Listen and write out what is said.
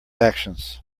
actions